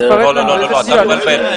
בוא תפרט לנו איזה סיוע, על מה מדובר?